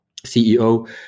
CEO